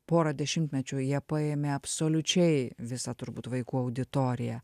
porą dešimtmečių jie paėmė absoliučiai visą turbūt vaikų auditoriją